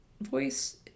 voice